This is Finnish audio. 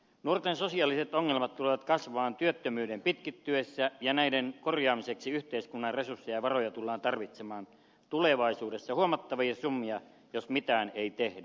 nuorten sosiaaliset ongelmat tulevat kasvamaan työttömyyden pitkittyessä ja näiden korjaamiseksi yhteiskunnan resursseja ja varoja tullaan tarvitsemaan tulevaisuudessa huomattavia summia jos mitään ei tehdä